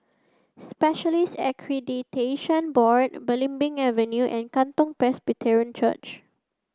Specialists Accreditation Board Belimbing Avenue and Katong Presbyterian Church